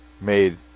made